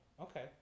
Okay